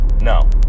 No